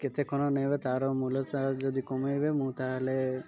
କେତେ କ'ଣ ନେବେ ତାର ମୂଲଚାଲ ଯଦି କମେଇବେ ମୁଁ ତାହେଲେ